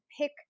pick